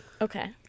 Okay